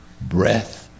breath